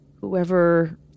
Whoever